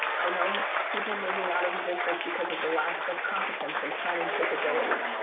i know people moving out of the district because of the lack of competence and planning capability.